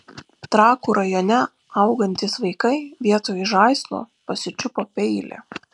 trakų rajone augantys vaikai vietoj žaislo pasičiupo peilį